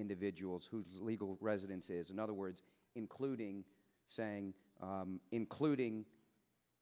individuals whose legal residence is in other words including saying including